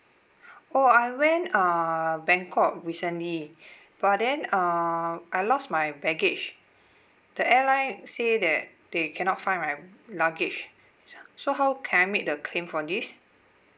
oh I went uh bangkok recently but then uh I lost my baggage the airline say that they cannot find my luggage so how can I make the claim for this